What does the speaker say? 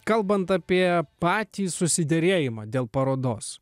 kalbant apie patį susiderėjimą dėl parodos